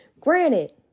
Granted